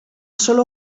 sólo